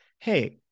hey